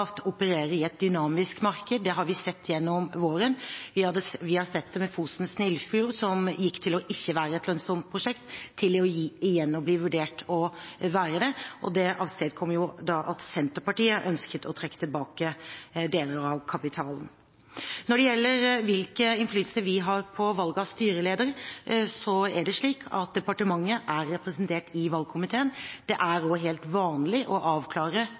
opererer i et dynamisk marked, det har vi sett gjennom våren. Vi har sett det med Fosen/Snillfjord, som gikk fra ikke å være et lønnsomt prosjekt til igjen å bli vurdert å være det, og det avstedkom jo da at Senterpartiet ønsket å trekke tilbake deler av kapitalen. Når det gjelder hvilken innflytelse vi har på valg av styreleder, så er det slik at departementet er representert i valgkomiteen. Det er også helt vanlig å avklare